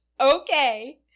okay